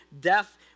death